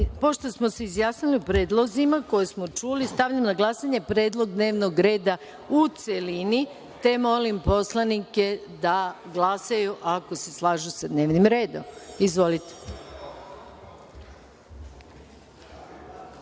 smo se izjasnili o predlozima koje smo čuli, stavljam na glasanje Predlog dnevnog reda u celini, te molim poslanike da glasaju ako se slažu sa dnevnim redom. Zaključujem